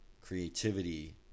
creativity